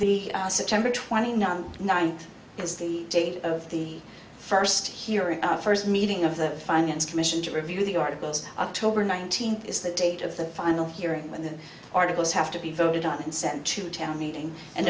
of temper twenty nine nine is the date of the first hearing our first meeting of the finance commission to review the articles october nineteenth is the date of the final hearing when the articles have to be voted on and sent to town meeting and